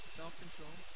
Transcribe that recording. self-control